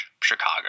Chicago